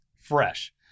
fresh